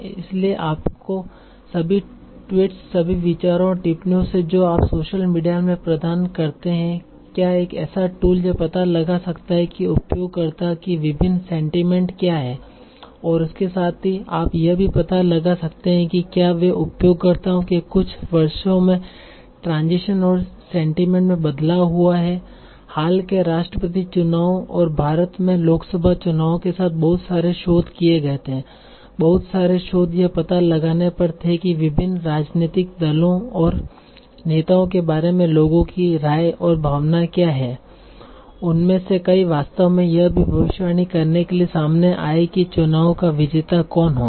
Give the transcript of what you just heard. इसलिए आपके सभी ट्वीट्स सभी विचारों और टिप्पणियों से जो आप सोशल मीडिया में प्रदान करते हैं क्या एक ऐसा टूल यह पता लगा सकता है कि उपयोगकर्ताओं की विभिन्न सेंटिमेंट क्या हैं और इसके साथ ही आप यह भी पता लगा सकते हैं कि क्या वे उपयोगकर्ताओं के कुछ वर्षों में ट्रांजीशन और सेंटिमेंट में बदलाव हुआ है हाल के राष्ट्रपति चुनावों और भारत में लोकसभा चुनावों के साथ बहुत सारे शोध किए गए थे बहुत सारे शोध यह पता लगाने पर थे कि विभिन्न राजनीतिक दलों और नेताओं के बारे में लोगों की राय और भावनाएं क्या हैं उनमें से कई वास्तव में यह भी भविष्यवाणी करने के लिए सामने आए कि चुनाव का विजेता कौन होगा